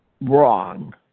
wrong